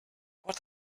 what